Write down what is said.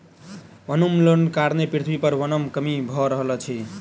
वनोन्मूलनक कारणें पृथ्वी पर वनक कमी भअ रहल अछि